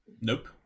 Nope